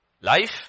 life